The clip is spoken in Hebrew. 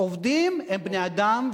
עובדים הם בני-אדם,